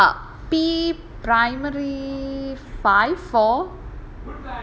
ya P primary five four